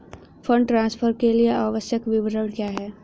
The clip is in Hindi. फंड ट्रांसफर के लिए आवश्यक विवरण क्या हैं?